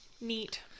Neat